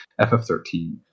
FF13